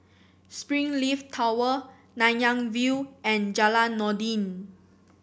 Springleaf Tower Nanyang View and Jalan Noordin